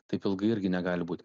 taip ilgai irgi negali būt